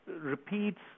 repeats